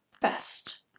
best